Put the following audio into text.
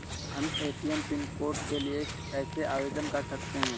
हम ATM pin code के लिए कैसे आवेदन कर सकते हैं?